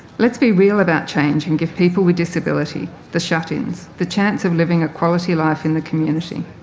let's be real about change and give people with disability, the shut ins, the chance of living a quality life in the community.